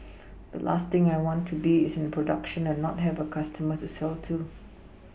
the last thing I want to be is in production and not have a customer to sell to